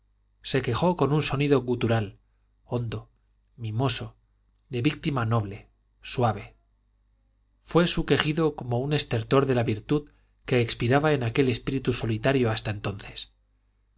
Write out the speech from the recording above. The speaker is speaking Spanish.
se quejó con un sonido gutural hondo mimoso de víctima noble suave fue su quejido como un estertor de la virtud que expiraba en aquel espíritu solitario hasta entonces